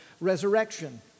resurrection